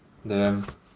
damn